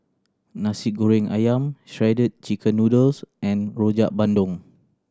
Nasi Goreng Ayam Shredded Chicken Noodles and Rojak Bandung